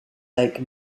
lake